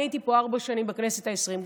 אני הייתי פה ארבע שנים בכנסת העשרים.